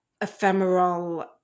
ephemeral